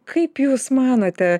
kaip jūs manote